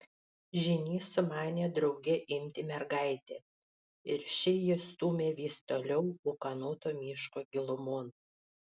žynys sumanė drauge imti mergaitę ir ši jį stūmė vis toliau ūkanoto miško gilumon